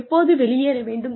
எப்போது வெளியேற வேண்டும்